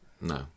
No